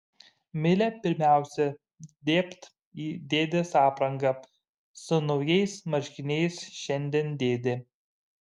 milė pirmiausia dėbt į dėdės aprangą su naujais marškiniais šiandien dėdė